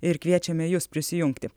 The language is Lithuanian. ir kviečiame jus prisijungti